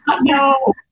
No